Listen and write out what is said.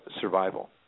survival